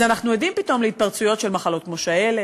אז אנחנו עדים פתאום להתפרצויות של מחלות כמו שעלת,